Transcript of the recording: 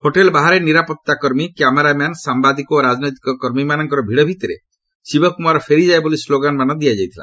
hotel ବାହାରେ ନିରାପତ୍ତା କର୍ମୀ କ୍ୟାମେରାମ୍ୟାନ୍ ସାମ୍ୟାଦିକ ଓ ରାଜନୈତିକ କର୍ମୀମାନଙ୍କର ଭିଡ଼ ଭିତରେ ଶିବକୁମାର ଫେରିଯାଅ ବୋଲି ସ୍ଲୋଗାନମାନ ଦେଇଥିଲେ